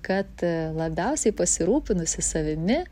kad a labiausiai pasirūpinusi savimi